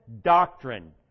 doctrine